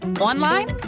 online